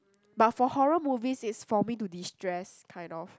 but for horror movies it's for me to destress kind of